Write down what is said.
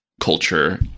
culture